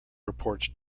reports